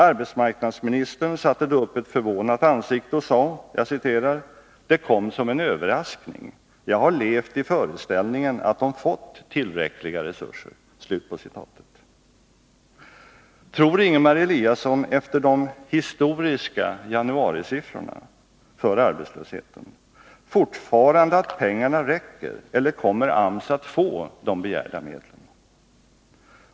Arbetsmarknadsministern satte då upp ett förvånat ansikte och sade: ”Det kom som en överraskning. Jag har levt i föreställningen att de fått tillräckliga resurser.” Tror Ingemar Eliasson efter de ”historiska” januarisiffrorna för arbetslösheten fortfarande att pengarna räcker, eller kommer AMS att få de begärda medlen?